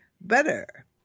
better